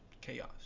chaos